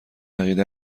عقیده